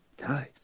Nice